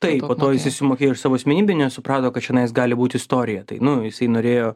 taip po to jisai sumokėjo iš savo asmenybinio suprato kad čionais gali būt istorija nu jisai norėjo